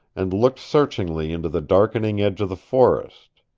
and looked searchingly into the darkening edge of the forest.